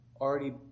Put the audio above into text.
already